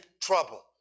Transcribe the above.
trouble